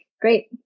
Great